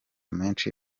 menshi